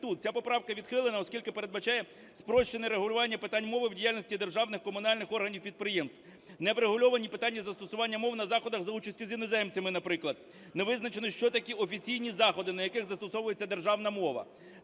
ця поправка відхилена, оскільки передбачає спрощене регулювання питань мови в діяльності державних, комунальних органів, підприємств. Не врегульовані питання застосування мов на заходах за участю з іноземцями, наприклад. Не визначено, що таке офіційні заходи, на яких застосовується державна мова.